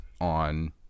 on